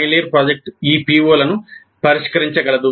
final year project ఈ పిఒలను పరిష్కరించగలదు